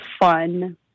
fun